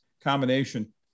combination